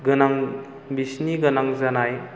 गोनां बिसोरनि गोनां जानाय